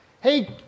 Hey